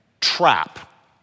trap